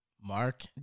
Mark